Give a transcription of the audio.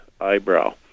eyebrow